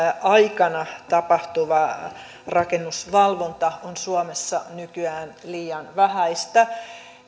aikana tapahtuva rakennusvalvonta on suomessa nykyään liian vähäistä